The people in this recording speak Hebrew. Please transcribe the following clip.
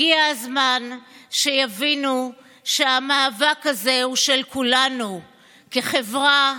הגיע הזמן שיבינו שהמאבק הזה הוא של כולנו כחברה,